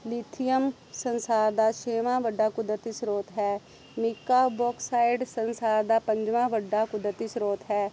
lithium ਸੰਸਾਰ ਦਾ ਛੇਵਾਂ ਵੱਡਾ ਕੁਦਰਤੀ ਸਰੋਤ ਹੈ ਮੀਕਾ ਬੋਕਸਾਈਡ ਸੰਸਾਰ ਦਾ ਪੰਜਵਾਂ ਵੱਡਾ ਕੁਦਰਤੀ ਸਰੋਤ ਹੈ